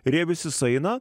ir jie viis sueina